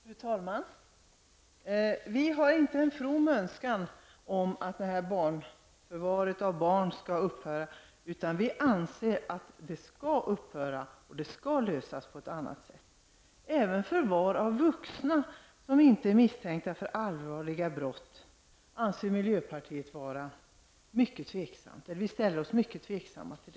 Fru talman! Vi har inte en from önskan i frågan om förvaret av barn, utan vi anser att det skall upphöra och att problemen skall lösas på annat sätt. Även förvar av vuxna, som inte är misstänkta för allvarliga brott, ställer vi i miljöpartiet oss mycket tveksamma till.